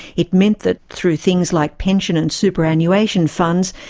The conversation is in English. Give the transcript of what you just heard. it meant that, through things like pension and superannuation funds,